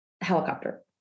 helicopter